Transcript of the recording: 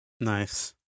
Nice